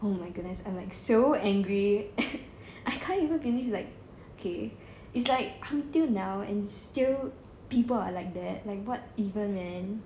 oh my goodness I'm like so angry I can't even believe it's like okay it's like until now and it's still people are like that like what even man